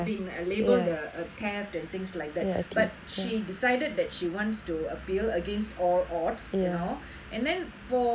labelled a theft and things like that but she decided that she wants to appeal against all odds you know and then for